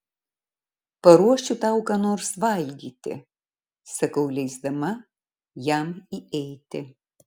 paruošiu tau ką nors valgyti sakau leisdama jam įeiti